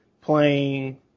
playing